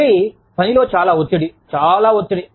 మళ్ళీ పనిలో చాలా ఒత్తిడి చాలా ఒత్తిడి